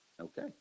Okay